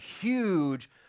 huge